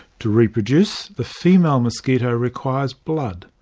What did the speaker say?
to reproduce, the female mosquito requires blood.